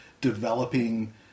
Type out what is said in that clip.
developing